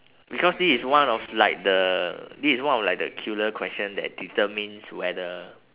because this is one of like the this is one of like the killer question that determines whether